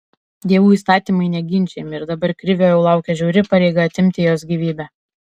dievų įstatymai neginčijami ir dabar krivio jau laukia žiauri pareiga atimti jos gyvybę